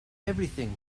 everything